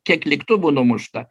kiek lėktuvų numušta